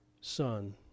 son